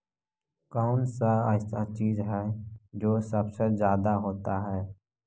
कौन सा ऐसा चीज है जो सबसे ज्यादा होता है?